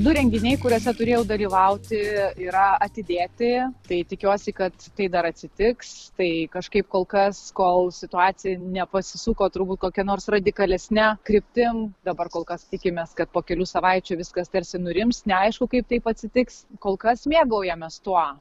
du renginiai kuriuose turėjau dalyvauti yra atidėti tai tikiuosi kad tai dar atsitiks tai kažkaip kol kas kol situacija nepasisuko turbūt kokia nors radikalesne kryptim dabar kol kas tikimės kad po kelių savaičių viskas tarsi nurims neaišku kaip taip atsitiks kol kas mėgaujamės tuo